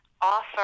offer